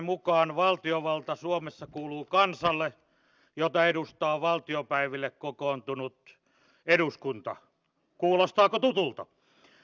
budjetin todennäköisesti epävarmin osa liittyy nimenomaan maahanmuuttokriisistä ja turvapaikanhakijoiden lukumäärästä aiheutuvien kustannusten arviointiin